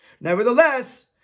nevertheless